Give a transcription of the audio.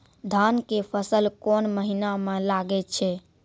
धान के फसल कोन महिना म लागे छै?